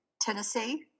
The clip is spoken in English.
Tennessee—